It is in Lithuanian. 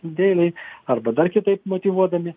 dėlei arba dar kitaip motyvuodami